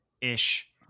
ish